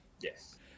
Yes